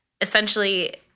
essentially